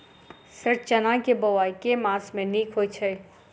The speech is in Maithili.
सर चना केँ बोवाई केँ मास मे नीक होइ छैय?